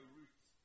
roots